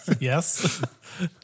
Yes